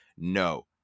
no